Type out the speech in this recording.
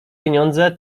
pieniądze